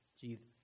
Jesus